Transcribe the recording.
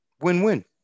Win-win